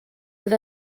oedd